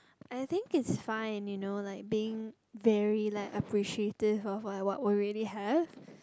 I think it's fine you know like being very like appreciative of what what were really have